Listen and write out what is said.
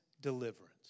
deliverance